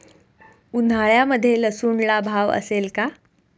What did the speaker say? उन्हाळ्यामध्ये लसूणला भाव असेल का?